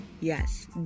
yes